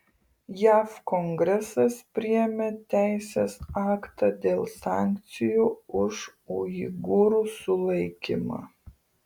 jav kongresas priėmė teisės aktą dėl sankcijų už uigūrų sulaikymą